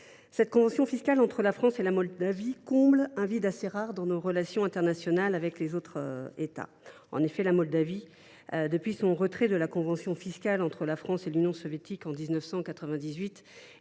cette convention fiscale entre la France et la Moldavie comble un vide assez rare dans nos relations internationales avec les autres États. En effet, la Moldavie, depuis son retrait de la convention fiscale entre la France et l’Union soviétique en 1985,